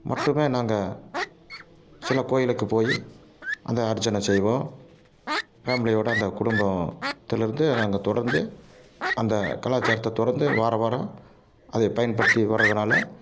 மட்டுமே நாங்கள் சில கோயிலுக்குப் போய் அந்த அர்ச்சனை செய்வோம் ஃபேமிலியோடு அந்த குடும்பத்திலிருந்து நாங்கள் தொடர்ந்து அந்த கலாச்சாரத்தை தொடர்ந்து வாரவாரம் அதை பயன்படுத்தி வர்றதுனால்